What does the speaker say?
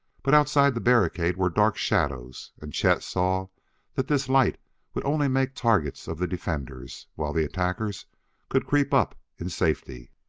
but outside the barricade were dark shadows, and chet saw that this light would only make targets of the defenders, while the attackers could creep up in safety.